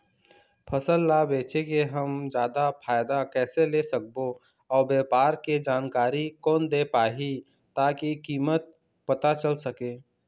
फसल ला बेचे के हम जादा फायदा कैसे ले सकबो अउ व्यापार के जानकारी कोन दे पाही ताकि कीमत पता चल सके?